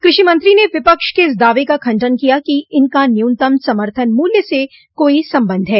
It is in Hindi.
कृषि मत्री ने विपक्ष के इस दावे का खण्डन किया कि इनका न्यूनतम समर्थन मूल्य से कोई संबंध है